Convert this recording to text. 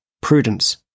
prudence